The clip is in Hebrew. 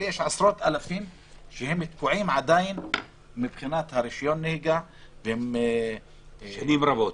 יש עשרות אלפים שתקועים עדין מבחינת רישיון הנהיגה שנים רבות,